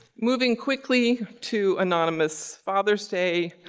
moving quickly to anonymous fathers day.